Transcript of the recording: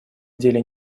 деле